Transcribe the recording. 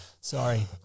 Sorry